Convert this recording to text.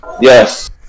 Yes